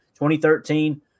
2013